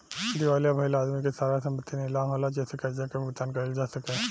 दिवालिया भईल आदमी के सारा संपत्ति नीलाम होला जेसे कर्जा के भुगतान कईल जा सके